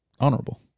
honorable